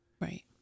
Right